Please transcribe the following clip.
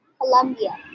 Colombia